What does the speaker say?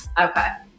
okay